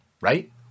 Right